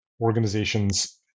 organizations